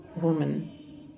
woman